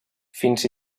fins